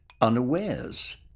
unawares